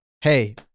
hey